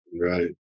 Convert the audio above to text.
right